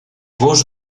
gos